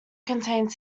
contains